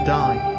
die